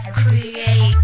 create